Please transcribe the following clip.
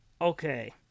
okay